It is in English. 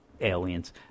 aliens